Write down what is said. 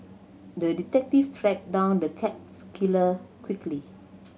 the detective tracked down the cats killer quickly